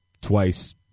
twice